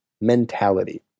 mentality